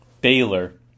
Baylor